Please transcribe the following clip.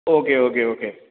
okay okay okay